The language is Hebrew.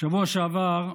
בשבוע שעבר,